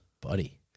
Buddy